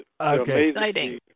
Okay